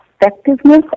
effectiveness